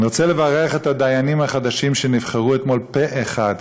אני רוצה לברך את הדיינים החדשים שנבחרו אתמול פה-אחד